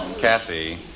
Kathy